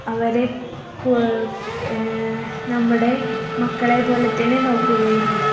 അവരെ നമ്മുടെ മക്കളെ പോലെ തന്നെ നോക്കുകയും